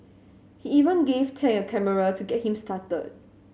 he even gave Tang a camera to get him started